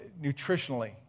nutritionally